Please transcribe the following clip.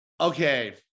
Okay